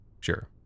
sure